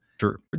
Sure